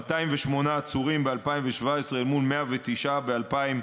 208 עצורים ב-2017 מול 109 ב-2016.